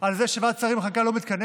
על זה שוועדת השרים לחקיקה לא מתכנסת,